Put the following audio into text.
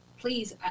please